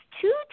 two